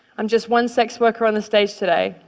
i'm just one sex worker on the stage today,